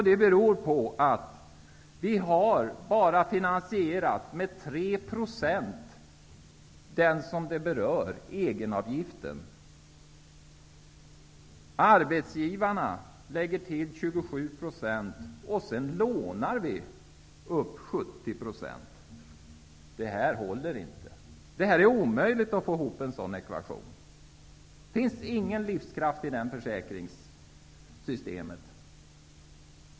Det beror på att den som berörs bara med 3 % har finansierat den egenavgift det är fråga om. Arbetsgivarna lägger till 27 %, och sedan lånar vi upp 70 %. Detta håller inte! Det är omöjligt att få en sådan ekvation att gå ihop. Det finns ingen livskraft i det försäkringssystemet.